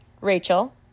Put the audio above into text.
Rachel